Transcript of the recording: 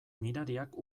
mirariak